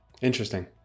Interesting